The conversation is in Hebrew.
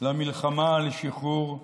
למלחמה על שחרור הארץ.